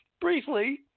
briefly